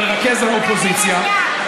מרכז האופוזיציה,